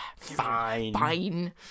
fine